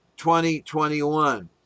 2021